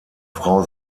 frau